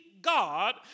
God